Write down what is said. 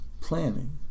planning